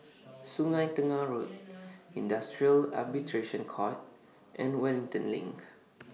Sungei Tengah Road Industrial Arbitration Court and Wellington LINK